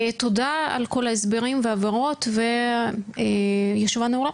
תודה על כל ההסברים וההבהרות והישיבה נעולה.